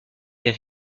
des